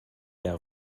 her